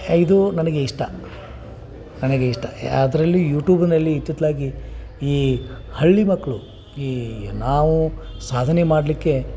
ಇದು ನನಗೆ ಇಷ್ಟ ನನಗೆ ಇಷ್ಟ ಅದರಲ್ಲಿ ಯೂಟೂಬ್ನಲ್ಲಿ ಇತ್ತಿತ್ತಲಾಗಿ ಈ ಹಳ್ಳಿ ಮಕ್ಕಳು ಈ ನಾವು ಸಾಧನೆ ಮಾಡಲಿಕ್ಕೆ